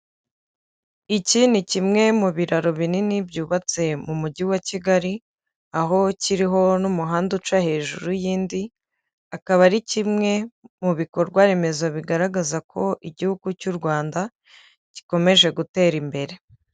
Iki ni kimwe mu biraro binini byubatse mu mujyi wa Kigali, aho kiriho n'umuhanda uca hejuru y'indi, akaba ari kimwe mu bikorwa remezo bigaragaza ko igihugu cy'u Rwanda gikomeje gutera imbere.